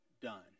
done